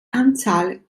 anzahl